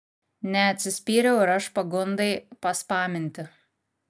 neatsispyriau ir aš pagundai paspaminti